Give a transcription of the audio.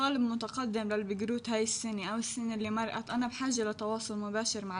אני סטודנטית למדעים וקשה לי מאוד להיות בקשר ישיר